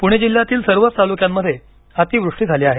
पुणे जिल्ह्यातील सर्वच तालुक्यांमध्ये अतिवृष्टी झाली आहे